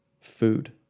food